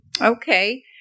Okay